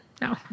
No